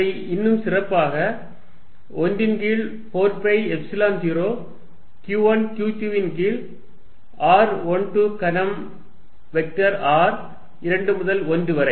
அதை இன்னும் சிறப்பாக 1 ன் கீழ் 4 பை எப்சிலன் 0 q1 q2 ன் கீழ் r12 கனம் வெக்டர் r 2 முதல் 1 வரை